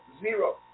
zero